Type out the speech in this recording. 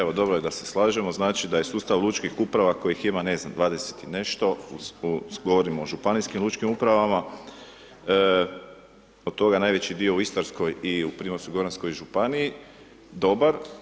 Evo, dobro je da se slažemo, znači da je sustav lučkih uprava kojih ima, ne znam, 20 i nešto, govorim o županijskim lučkim upravama, od toga najveći dio u Istarskoj i Primorsko-goranskoj županiji, dobar.